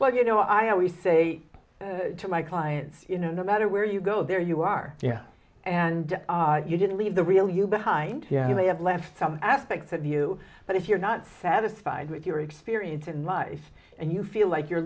well you know i always say to my clients you know no matter where you go there you are and you didn't leave the real you behind you they have left some aspects of you but if you're not satisfied with your experience in life and you feel like you're